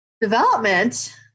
development